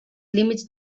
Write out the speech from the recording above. límits